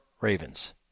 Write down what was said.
Ravens